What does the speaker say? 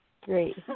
Great